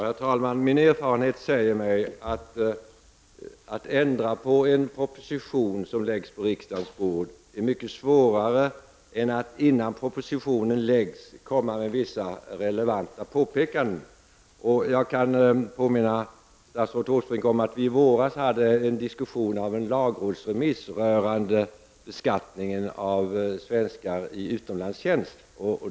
Herr talman! Min erfarenhet säger mig att det är mycket svårare att ändra på en proposition som har lagts på riksdagens bord än att ändra innan propositionen har lagts fram, om man har kommit med vissa relevanta påpekanden. Jag kan påminna statsrådet Åsbrink om att vi i våras hade en diskussion om en lagrådsremiss rörande beskattningen av svenskar i utlandstjänst.